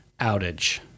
outage